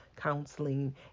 counseling